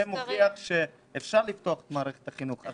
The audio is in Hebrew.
זה מוכיח שאפשר לפתוח את מערכת החינוך.